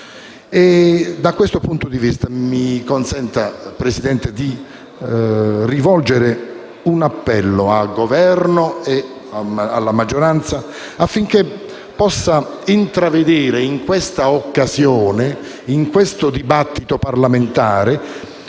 In questo senso, mi consenta, signora Presidente, di rivolgere un appello al Governo e alla sua maggioranza affinché possa intravedere in questa occasione, in questo dibattito parlamentare,